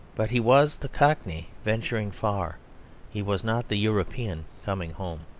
but he was the cockney venturing far he was not the european coming home.